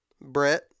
Brett